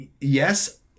Yes